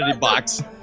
Box